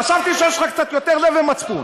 חשבתי שיש לך קצת יותר לב ומצפון.